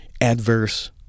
adverse